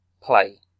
play